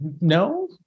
No